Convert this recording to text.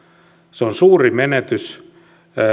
se on suuri menetys